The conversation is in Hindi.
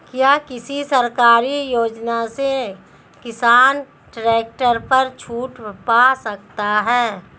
क्या किसी सरकारी योजना से किसान ट्रैक्टर पर छूट पा सकता है?